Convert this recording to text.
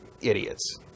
idiots